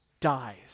Dies